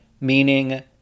meaning